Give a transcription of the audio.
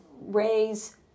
raise